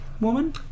woman